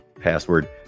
password